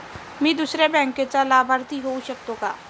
मी दुसऱ्या बँकेचा लाभार्थी होऊ शकतो का?